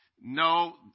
no